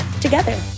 together